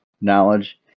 knowledge